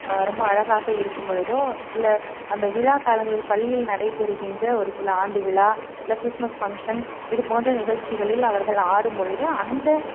ரொம்ப அழகாக இருக்கும்பொழுதோ இல்லை அந்த விழா காலங்களில் பள்ளியில் நடைபெறுகின்ற ஒரு சில ஆண்டு விழா இல்லை கிறிஸ்மஸ் ஃபங்க்ஷன் இது போன்ற நிகழ்ச்சிகளில் அவர்கள் ஆடும்பொழுதோ அந்த